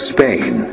Spain